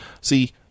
See